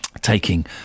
taking